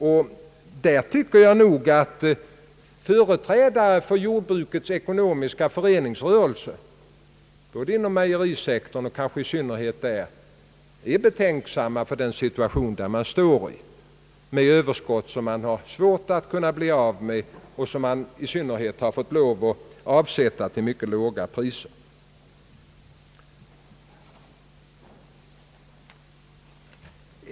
Jag tycker att företrädare för jordbrukets ekonomiska föreningsrörelse — i synnerhet inom mejerisektorn — borde vara betänksamma inför den situation där man står. Man har Överskott, som det är svårt att bli av med och som man måste avsätta till mycket låga priser.